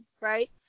right